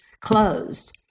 closed